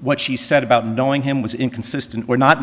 what she said about knowing him was inconsistent were not